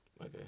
Okay